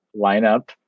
lineup